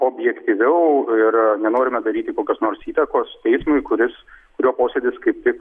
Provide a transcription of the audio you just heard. objektyviau ir nenorime daryti kokios nors įtakos teismui kuris kurio posėdis kaip tik